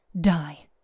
die